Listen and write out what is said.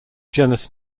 genus